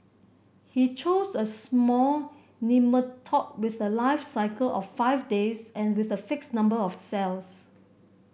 he chose a small nematode with a life cycle of five days and with a fixed number of cells